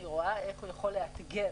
אני רואה איך הוא יכול לאתגר.